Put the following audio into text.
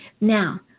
Now